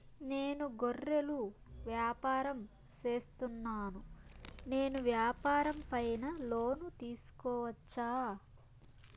నేను గొర్రెలు వ్యాపారం సేస్తున్నాను, నేను వ్యాపారం పైన లోను తీసుకోవచ్చా?